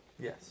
Yes